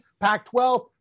Pac-12